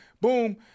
boom